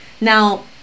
Now